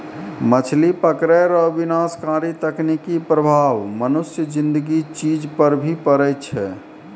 मछली पकड़ै रो विनाशकारी तकनीकी प्रभाव मनुष्य ज़िन्दगी चीज पर भी पड़ै छै